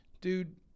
dude